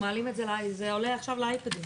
זה עולה עכשיו לאייפד.